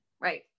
Right